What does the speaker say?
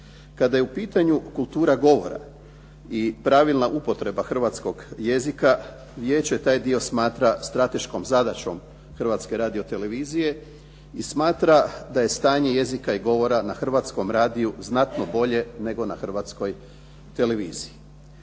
Kada je u pitanju kultura govora i pravilna upotreba hrvatskog jezika, Vijeće taj dio smatra strateškom zadaćom Hrvatske radiotelevizije i smatra da je stanje jezika i govora na Hrvatskom radiju znatno bolje nego na Hrvatskoj televiziji.